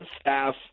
staff